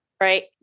right